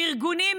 שארגונים,